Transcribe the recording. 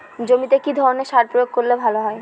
জমিতে কি ধরনের সার প্রয়োগ করলে ভালো হয়?